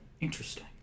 Interesting